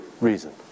reason